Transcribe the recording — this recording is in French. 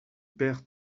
père